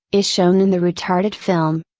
is shown in the retarded film,